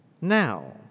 now